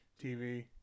TV